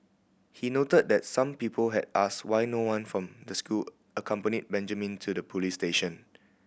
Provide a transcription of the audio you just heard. he noted that some people had asked why no one from the school accompanied Benjamin to the police station